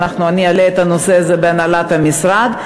אני אעלה את הנושא הזה בהנהלת המשרד,